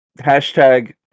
hashtag